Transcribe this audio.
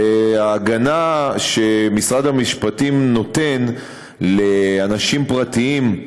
ההגנה שמשרד המשפטים נותן לאנשים פרטיים,